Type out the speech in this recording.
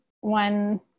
one